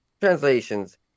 translations